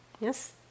Yes